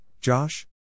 Josh